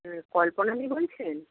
হ্যাঁ কল্পনাদি বলছেন